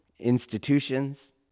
institutions